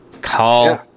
Call